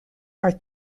are